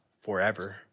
forever